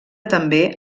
també